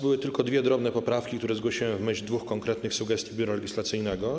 Były tylko dwie drobne poprawki, które zgłosiłem w myśl dwóch konkretnych sugestii Biura Legislacyjnego.